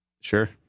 Sure